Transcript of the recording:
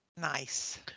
nice